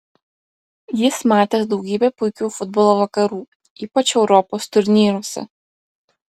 jis matęs daugybę puikių futbolo vakarų ypač europos turnyruose